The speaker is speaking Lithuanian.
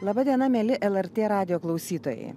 laba diena mieli lrt radijo klausytojai